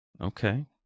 Okay